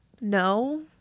no